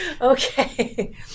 Okay